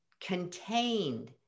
contained